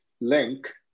link